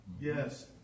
Yes